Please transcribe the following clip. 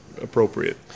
appropriate